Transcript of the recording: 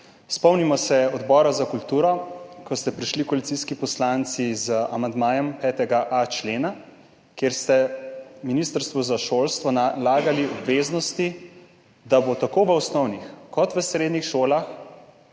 Spomnimo se Odbora za kulturo, ko ste prišli koalicijski poslanci z amandmajem 5.a člena, kjer ste ministrstvu za šolstvo nalagali obveznosti, da bo tako v osnovnih kot v srednjih šolah